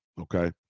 Okay